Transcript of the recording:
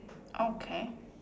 okay